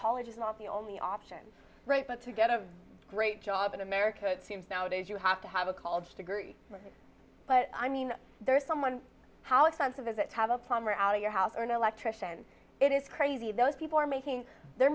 college is not the only option right but to get a great job in america seems nowadays you have to have a college degree but i mean there's someone how expensive is it to have a plumber out of your house or an electrician it is crazy those people are making they're